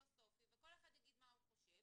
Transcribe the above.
אידיאולוגי-פילוסופי וכל אחד יגיד מה הוא חושב,